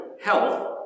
health